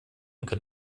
können